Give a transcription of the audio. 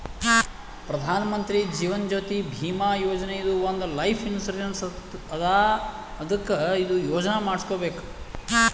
ಪ್ರಧಾನ್ ಮಂತ್ರಿ ಜೀವನ್ ಜ್ಯೋತಿ ಭೀಮಾ ಯೋಜನಾ ಇದು ಒಂದ್ life insurance ಅದಾ ಅದ್ಕ ಇದು ಯೋಜನಾ ಮಾಡುಸ್ಕೊಬೇಕ್